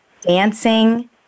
dancing